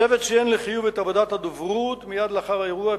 הצוות ציין לחיוב את עבודת הדוברות מייד לאחר האירוע,